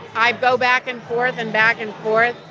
i go back and forth and back and forth.